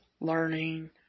learning